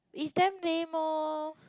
is damn lame orh